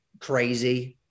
crazy